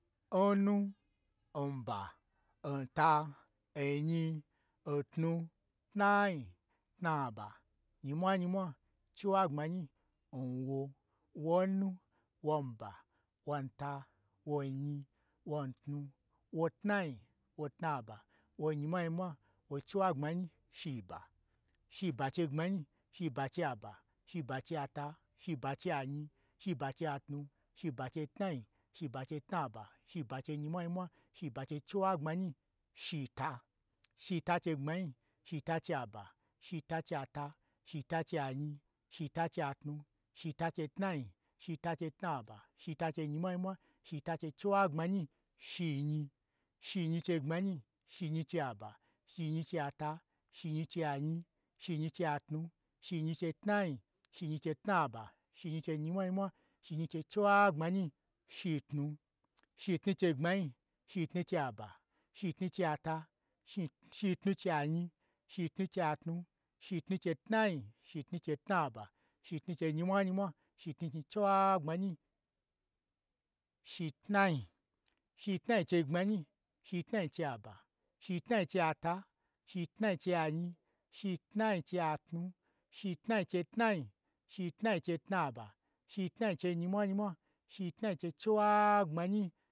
Nnu, nba, nta, nnyi, ntnu, tnai, tnaba, nyimwanyimwa, chiwagbmonyi, nwo wonu, won ba, wonta, wonyi, won tau, wo tnai, wo tnaba, wonyi mwa nyimwa, wo chiwagbmanyi, shiba. Shiba chei gbmanyi, shiba chei aba shiba chei ata, shiba chei anyi shiba chei atnu, shiba chei tnai, shiba chei tnaba, shiba chei chiwagbmanyi, shita, shita chei gbmanyi, shita cheiaba, shita chei ata, shita chei anyi, shita chei atnu, shita chei tnai, shi ta chei tnaba, shita chei nyi mwa nyi mwa, shita chei chi wagbmanyi, shi nyi. Shi nyi chei gbmanyi, shinyi chei aba, shinyi chei ata, shinyi chei anyi, shi nyi chei atnu, shinyi chei tnai, shinyi chei tnaba, shinyi chei nyimwa nyi mwa, shinyi chei chiwagbmanyi, shitnu. Shitnu chei gbmanyi, shitnu chei aba, shitnu chei ata, shi-shitnu chei anyi, shi tnu chei atnu, shitnu chei tnai, shitnu chei tnaba, shitnu chei nyimwanyi mwa, shitnu chei chiwagbmanyi shitnai. Shitnai n chei gbmanyi, shitnai chei aba, shitnai chei ata, shitnai chei anyi, shitnai chei atnu, shitnai chei tnai, shitnai chei tnaba, shitnai chei nyi mwa nyimwa, shitnai chei chi wa gbamanyi